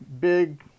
big